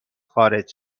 خارج